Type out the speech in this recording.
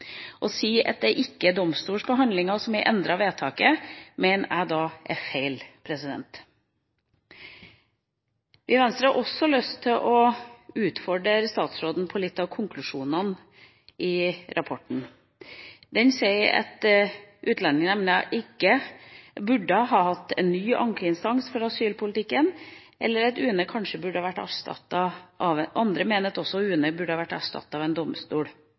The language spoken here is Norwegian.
Å si at det ikke er domstolsbehandlinga som har endret vedtaket, mener jeg da er feil. Vi i Venstre har også lyst til å utfordre statsråden på noen av konklusjonene i rapporten. Den sier at Utlendingsnemnda ikke burde ha hatt en ny ankeinstans for asylpolitikken, eller at UNE kanskje burde vært erstattet av andre, også av en domstol. Dette vet jeg er debatter som også